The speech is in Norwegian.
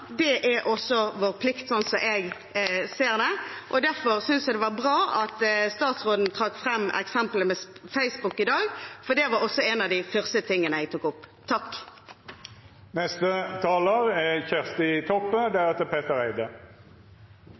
sånn som jeg ser det. Derfor synes jeg det var bra at statsråden trakk fram eksempelet med Facebook i dag, for det var også en av de første tingene jeg tok opp. Takk til Kristeleg Folkeparti, som har sett ei viktig sak på dagsordenen i Stortinget. Vald og overgrep er